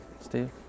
Steve